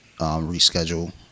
reschedule